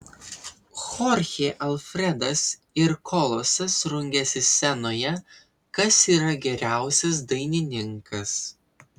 chorchė alfredas ir kolosas rungiasi scenoje kas yra geriausias dainininkas